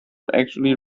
actually